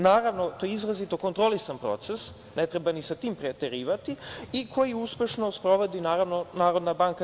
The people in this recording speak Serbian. Naravno, to je izrazito kontrolisan proces, ne treba ni sa tim preterivati i koji uspešno sprovodi NBS.